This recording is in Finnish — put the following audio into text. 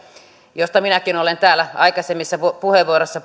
josta minäkin olen täällä aikaisemmissa puheenvuoroissani